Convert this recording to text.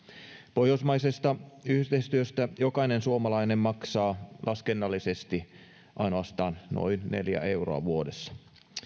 pohjoismaisesta yhteistyöstä jokainen suomalainen maksaa laskennallisesti ainoastaan noin neljä euroa vuodessa